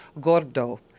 Gordo